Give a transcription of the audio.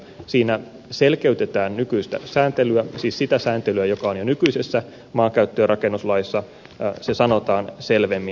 siinä selkeytetään nykyistä sääntelyä siis sitä sääntelyä joka on jo nykyisessä maankäyttö ja rakennuslaissa se sanotaan selvemmin